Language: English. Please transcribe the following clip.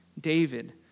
David